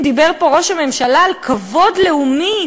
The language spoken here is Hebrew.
דיבר פה ראש הממשלה על כבוד לאומי,